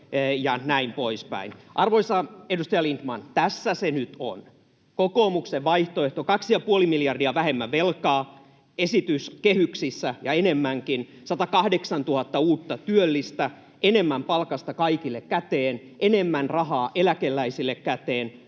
Arvoisa edustaja Lindtman, tässä se nyt on, kokoomuksen vaihtoehto: 2,5 miljardia vähemmän velkaa, esitys kehyksissä ja enemmänkin, 108 000 uutta työllistä, enemmän palkasta kaikille käteen, enemmän rahaa eläkeläisille käteen.